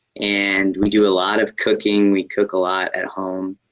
and we do a lot of cooking. we cook a lot at home.